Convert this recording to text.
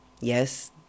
Yes